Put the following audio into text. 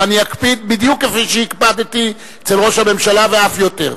ואני אקפיד בדיוק כפי שהקפדתי אצל ראש הממשלה ואף יותר.